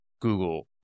google